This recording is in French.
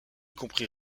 comprit